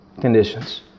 conditions